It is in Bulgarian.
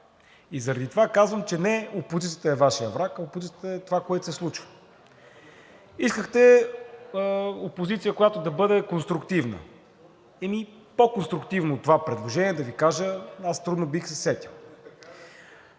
И заради това казвам, че не опозицията е Вашият враг, а опозицията е това, което се случва. Искахте опозиция, която да бъде конструктивна. Еми по конструктивно от това предложение, да Ви кажа, аз трудно бих се сетил.